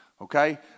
okay